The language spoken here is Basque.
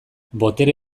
botere